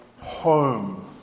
home